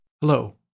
Hello